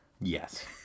Yes